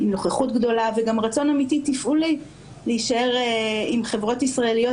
עם נוכחות גדולה וגם רצון אמיתי תפעולי להישאר עם חברות ישראליות,